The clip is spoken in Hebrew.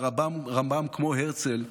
הרמב"ם, כמו הרצל,